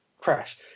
Crash